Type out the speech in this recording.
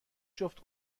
جفت